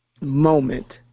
moment